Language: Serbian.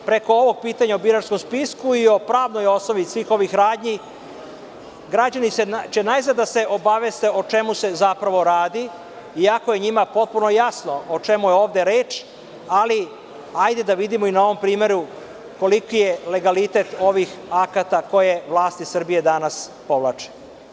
Preko ovog pitanja o biračkom spisku i o pravnoj osnovi svih ovih radnji, građani će najzad da se obaveste o čemu se zapravo radi, i ako je njima potpuno jasno o čemu je ovde reč, ali hajde da vidimo i na ovom primeru koliki je legalitet ovih akata, koje vlasti Srbije danas povlače.